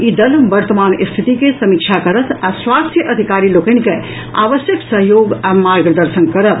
ई दल वर्तमान स्थिति के समीक्षा करत आ स्वास्थ्य अधिकारी लोकनि के आवश्यक सहयोग आ मार्गदर्शन करत